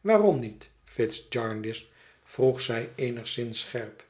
waarom niet fitz jarndyce vroeg zij eenigszins scherp